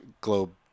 globe